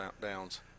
downs